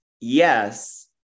yes